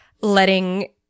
letting